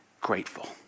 grateful